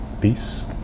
Peace